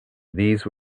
these